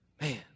Man